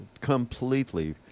completely